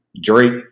Drake